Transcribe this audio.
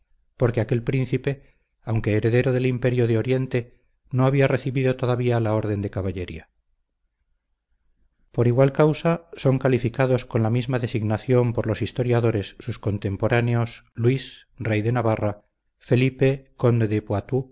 porque aquel príncipe aunque heredero del imperio de oriente no había recibido todavía la orden de caballería por igual causa son calificados con la misma designación por los historiadores sus contemporáneos luis rey de navarra felipe conde